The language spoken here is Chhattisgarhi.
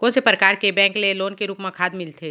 कोन से परकार के बैंक ले लोन के रूप मा खाद मिलथे?